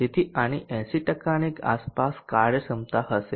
તેથી આની 80 ટકાની આસપાસ કાર્યક્ષમતા હશે